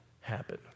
happen